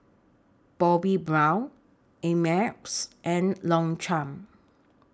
Bobbi Brown Ameltz and Longchamp